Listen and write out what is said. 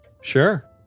Sure